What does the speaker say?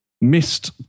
missed